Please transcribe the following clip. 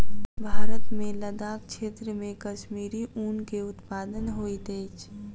भारत मे लदाख क्षेत्र मे कश्मीरी ऊन के उत्पादन होइत अछि